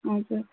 हजुर